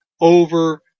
over